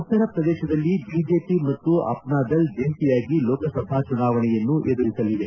ಉತ್ತರ ಪ್ರದೇಶದಲ್ಲಿ ಬಿಜೆಪಿ ಮತ್ತು ಅಪ್ನಾದಲ್ ಜಂಟಿಯಾಗಿ ಲೋಕಸಭಾ ಚುನಾವಣೆಯನ್ನು ಎದುರಿಸಲಿದೆ